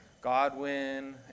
Godwin